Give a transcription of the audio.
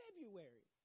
February